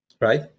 right